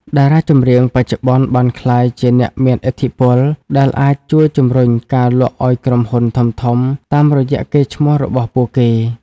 តារាចម្រៀងបច្ចុប្បន្នបានក្លាយជាអ្នកមានឥទ្ធិពល ដែលអាចជួយជម្រុញការលក់ឱ្យក្រុមហ៊ុនធំៗតាមរយៈកេរ្តិ៍ឈ្មោះរបស់ពួកគេ។